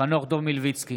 חנוך דב מלביצקי,